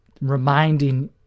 reminding